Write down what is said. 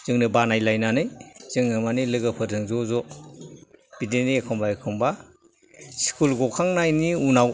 जोंनो बानायलायनानै जोंनो मानि लोगोफोरजों ज' ज' बिदिनो एखमबा एखमबा स्कुल गखांनायनि उनाव